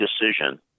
decision